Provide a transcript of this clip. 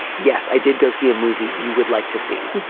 yes, i did go see a movie. you would like to see.